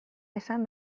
esan